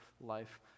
life